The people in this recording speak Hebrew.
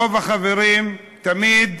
רוב החברים תמיד,